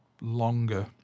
longer